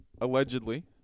allegedly